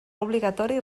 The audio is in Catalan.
obligatori